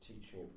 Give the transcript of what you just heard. teaching